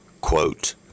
quote